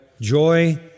joy